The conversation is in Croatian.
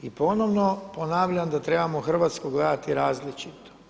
I ponovno ponavljam da trebamo Hrvatsku gledati različito.